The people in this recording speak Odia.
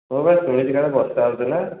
ମୁଁ ପରା ଶୁଣିଛି କାଳେ ବର୍ଷା ଆସୁଥିଲା